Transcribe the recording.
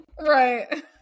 Right